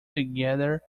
together